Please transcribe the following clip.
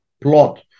plot